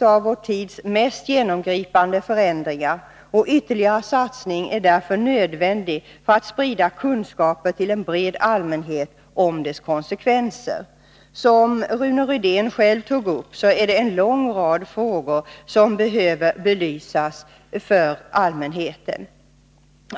av vår tids mest genomgripande förändringar, och ytterligare satsning är därför nödvändig för att sprida kunskaper till en bred allmänhet om dess konsekvenser. Som Rune Rydén tog upp är det en lång rad frågor som behöver belysas för allmänheten.